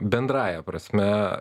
bendrąja prasme